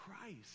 Christ